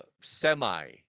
semi